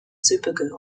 supergirl